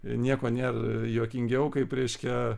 nieko nėr juokingiau kaip reiškia